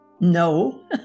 No